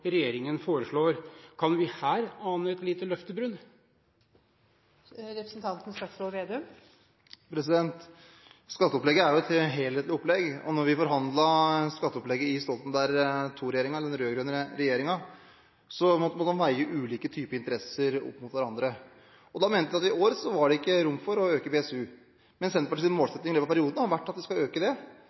regjeringen foreslår. Kan vi ane et lite løftebrudd her? Skatteopplegget er jo et helhetlig opplegg, og da vi forhandlet om skatteopplegget i Stoltenberg II-regjeringen, den rød-grønne regjeringen, måtte vi veie ulike typer interesser opp mot hverandre. Da mente vi at i år var det ikke rom for å øke BSU. Senterpartiets målsetting i løpet av perioden har vært at vi skal øke den. Men vi mente, i motsetning til Fremskrittspartiet, at det